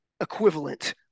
equivalent